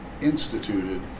instituted